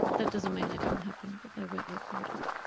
that doesn't mean they didn't happen but they weren't reported.